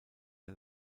der